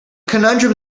conundrum